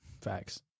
Facts